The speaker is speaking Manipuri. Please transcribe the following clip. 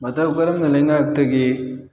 ꯃꯇꯧ ꯀꯔꯝꯅ ꯂꯩꯉꯥꯛꯇꯒꯤ